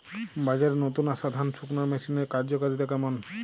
বাজারে নতুন আসা ধান শুকনোর মেশিনের কার্যকারিতা কেমন?